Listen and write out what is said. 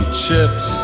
chips